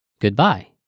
Goodbye